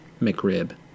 McRib